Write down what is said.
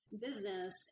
business